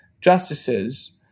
justices